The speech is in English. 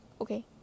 Okay